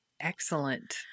Excellent